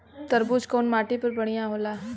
तरबूज कउन माटी पर बढ़ीया होला?